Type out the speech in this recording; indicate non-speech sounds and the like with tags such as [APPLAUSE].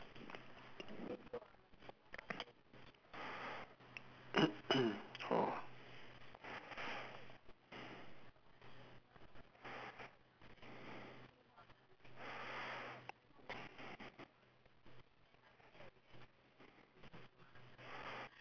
[COUGHS] oh